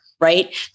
right